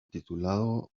titulado